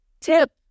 tip